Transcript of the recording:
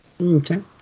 Okay